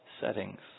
settings